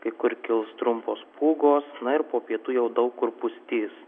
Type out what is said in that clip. kai kur kils trumpos pūgos ir po pietų jau daug kur pustys